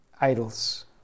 Idols